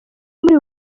muri